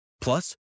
Plus